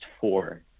four